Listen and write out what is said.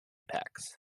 packs